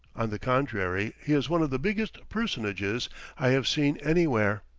on the contrary, he is one of the biggest personages i have seen anywhere.